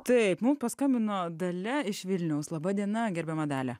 taip mums paskambino dalia iš vilniaus laba diena gerbiama dalia